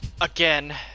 Again